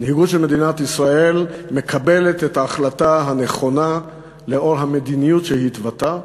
המנהיגות של מדינת ישראל מקבלת את ההחלטה הנכונה לאור המדיניות שהתוותה.